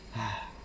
!hais!